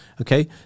Okay